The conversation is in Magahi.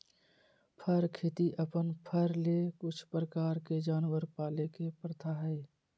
फर खेती अपन फर ले कुछ प्रकार के जानवर पाले के प्रथा हइ